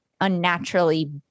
unnaturally